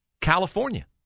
California